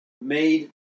made